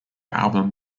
album